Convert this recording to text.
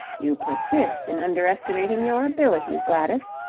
you persist in underestimating your abilities, gladys,